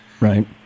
Right